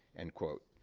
end quote.